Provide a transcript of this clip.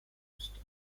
posto